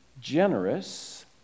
generous